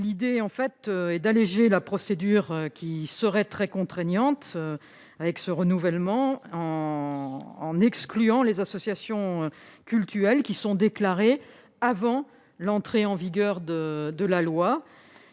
proposons d'alléger la procédure, qui serait très contraignante avec ce renouvellement, en excluant les associations cultuelles déclarées avant l'entrée en vigueur de la